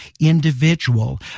individual